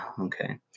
Okay